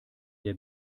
der